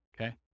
Okay